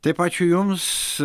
taip ačiū jums